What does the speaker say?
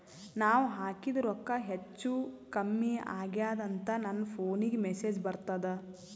ನಾವ ಹಾಕಿದ ರೊಕ್ಕ ಹೆಚ್ಚು, ಕಮ್ಮಿ ಆಗೆದ ಅಂತ ನನ ಫೋನಿಗ ಮೆಸೇಜ್ ಬರ್ತದ?